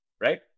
Right